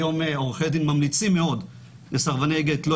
היום עורכי דין ממליצים מאוד לסרבני הגט לא